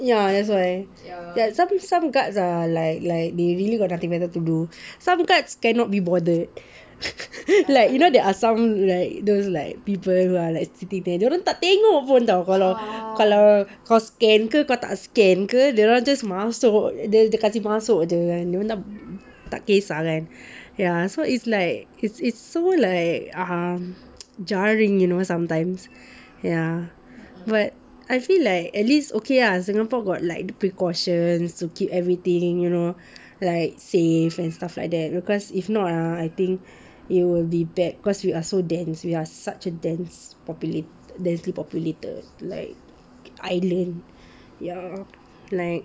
ya that's why some some guards are like like they really got nothing better to do some guards cannot be bothered like you know the are some like those like people like sitting there dorang tak tengok pun [tau] kalau kalau kau scan ke kau tak scan ke dorang just masuk dia kasi masuk jer dorang tak kesah kan ya so it's like it's so like uh jarring you know sometimes ya but I feel like at least okay lah singapore got like precautions to keep everything like safe you know like safe and stuff like that because if not ah I think it will be bad because we are so dense we are such a dense poulate~ so densely populated like island ya like